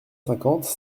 cinquante